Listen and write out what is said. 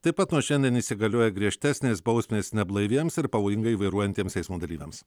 taip pat nuo šiandien įsigalioja griežtesnės bausmės neblaiviems ir pavojingai vairuojantiems eismo dalyviams